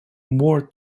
more